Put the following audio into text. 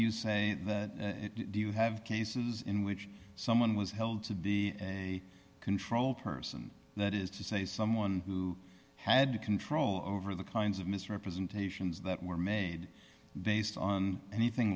you say that do you have cases in which someone was held to be a control person that is to say someone who had control over the kinds of misrepresentations that were made based on anything